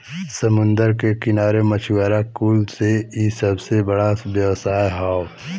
समुंदर के किनारे मछुआरा कुल से इ सबसे बड़ा व्यवसाय हौ